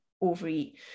overeat